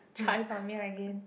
try ban Mian again